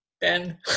Ben